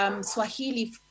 Swahili